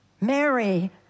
Mary